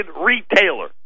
retailer